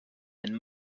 and